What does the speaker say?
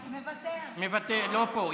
לא פה.